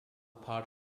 part